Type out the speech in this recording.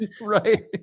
Right